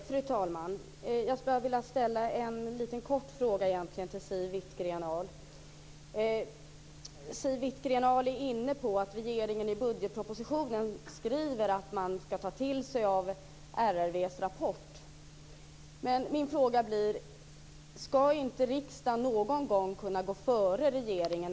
Fru talman! Jag skulle bara vilja ställa en liten kort fråga till Siw Wittgren-Ahl. Siw Wittgren-Ahl är inne på att regeringen i budgetpropositionen skriver att man ska ta till sig RRV:s rapport. Min fråga blir: Ska inte riksdagen någon gång kunna gå före regeringen?